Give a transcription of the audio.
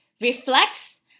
reflects